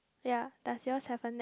ya does yours have a net